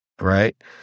right